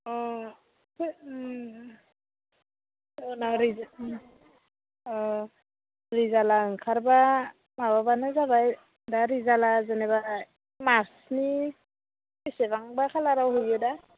अ उनाव रिजाल्ट अ रिजाल्टआ ओंखारबा माबाबानो जाबाय दा रिजाल्टआ जेनेबा मार्चनि बेसेबांबा खालाराव होगोन दा